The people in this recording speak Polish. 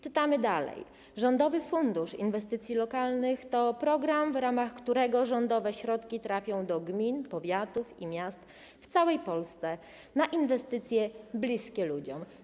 Czytamy dalej: Rządowy Fundusz Inwestycji Lokalnych to program, w ramach którego rządowe środki trafiają do gmin, powiatów i miast w całej Polsce na inwestycje bliskie ludziom.